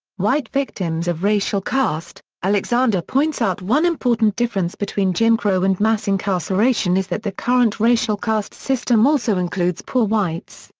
white victims of racial caste alexander points out one important difference between jim crow and mass incarceration is that the current racial racial caste system also includes poor whites,